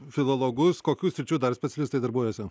filologus kokių sričių dar specialistai darbuojasi